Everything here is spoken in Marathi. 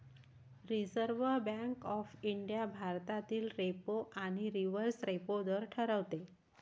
रिझर्व्ह बँक ऑफ इंडिया भारतातील रेपो आणि रिव्हर्स रेपो दर ठरवते